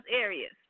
areas